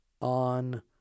on